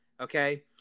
Okay